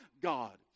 God